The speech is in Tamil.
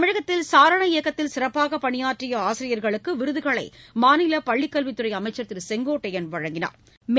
தமிழகத்தில் சாரண இயக்கத்தில் சிறப்பாக பணியாற்றிய ஆசிரியர்களுக்கு விருதுகளை மாநில பள்ளிக்கல்வித் துறை அமைச்சா் திரு செங்கோட்டையன் வழங்கினாா்